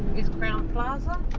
is crowne plaza,